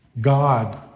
God